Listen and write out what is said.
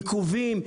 עיכובים,